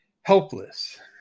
Helpless